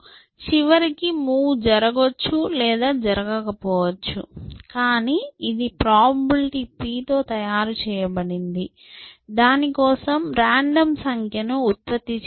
చివరికి మూవ్ జరగవచ్చు లేదా జరగకపోవచ్చు కానీ ఇది ప్రాబబిలిటీp తో తయారు చేయబడింది మరియు దాని కోసం రాండమ్ సంఖ్యను ఉత్పత్తి చేయాలి